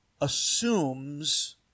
assumes